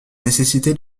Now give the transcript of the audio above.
nécessité